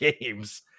games